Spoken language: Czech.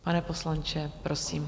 Pane poslanče, prosím.